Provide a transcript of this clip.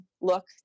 look